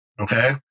okay